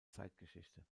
zeitgeschichte